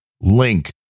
link